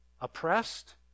oppressed